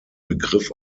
begriff